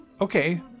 Okay